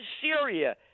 Syria